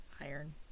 iron